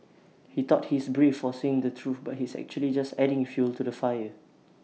he thought he's brave for saying the truth but he's actually just adding fuel to the fire